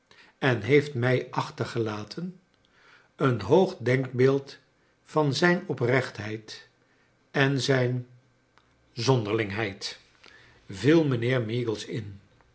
en heeft mij achtergelaten een hoog denkbeeld van zijn oprechtheid en zijn zonderlingheid j viel mijnheer meagles in